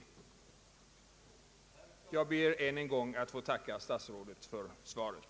Herr talman! Jag ber än en gång få tacka statsrådet för svaret.